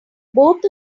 both